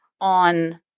on